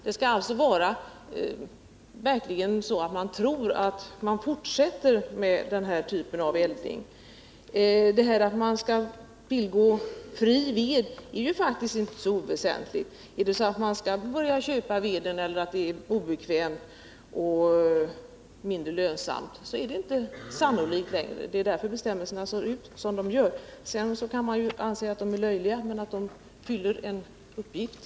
Det skall vara så att det verkligen är troligt att man kommer att fortsätta med den nya typen av eldning. Tillgång till fri ved är faktiskt inte så oväsentlig. Om man skall köpa veden eller bränslehanteringen är obekväm och mindre lönsam är det inte sannolikt att övergången blir varaktig. Det är därför bestämmelserna är utformade som de är. Det kan alltid finnas de som anser att bestämmelserna är löjliga, men de fyller en uppgift.